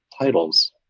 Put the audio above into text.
titles